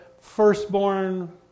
firstborn